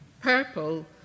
purple